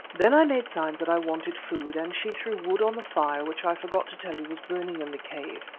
then i made signs that i wanted food, and she threw wood on the fire, which i forgot to tell you was burning in the cave,